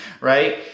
right